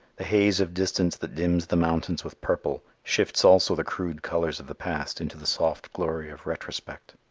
the haze of distance that dims the mountains with purple, shifts also the crude colors of the past into the soft glory of retrospect.